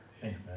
Thanks